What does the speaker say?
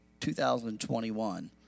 2021